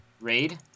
Raid